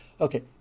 Okay